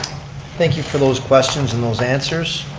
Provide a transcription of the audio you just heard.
thank you for those questions and those answers.